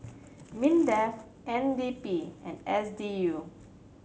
MINDEF N D P and S D U